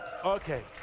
Okay